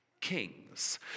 Kings